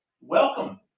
welcome